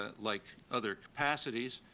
ah like other capacities,